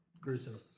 gruesome